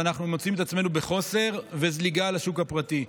מוצאים את עצמנו בחוסר וזליגה לשוק הפרטי.